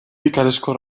picaresco